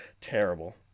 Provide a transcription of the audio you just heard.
Terrible